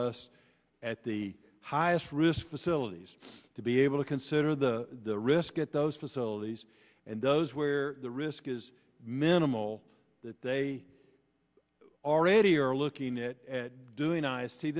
us at the highest risk facilities to be able to consider the risk at those facilities and those where the risk is minimal that they already are looking at doing ice tea